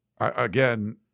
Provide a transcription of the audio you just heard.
Again